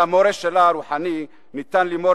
על המורה הרוחני שלה ניתן לאמור